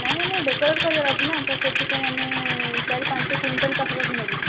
ନାଇଁ ଆମର ଡେକୋରେଟ୍ କରିବାର ଅଛି ନା ତ ସେଥିପାଇଁ ଆମେ ଚାରି ପାଞ୍ଚ କୁଇଣ୍ଟାଲ ପାଖାପାଖି ନେବୁ